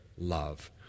love